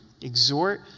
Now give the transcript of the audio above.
exhort